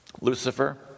Lucifer